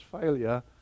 failure